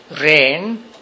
Rain